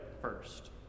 first